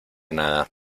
nada